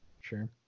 sure